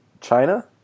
China